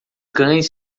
cães